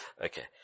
Okay